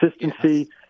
consistency